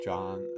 John